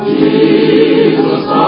Jesus